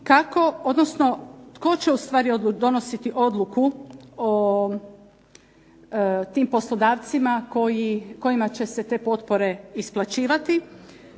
kako, odnosno tko će ustvari donositi odluku o tim poslodavcima kojima će se te potpore isplaćivati?